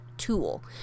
tool